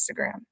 Instagram